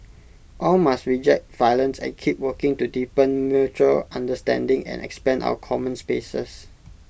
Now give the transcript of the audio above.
all must reject violence and keep working to deepen mutual understanding and expand our common spaces